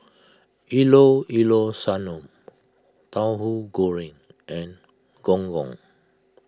Llao Llao Sanum Tauhu Goreng and Gong Gong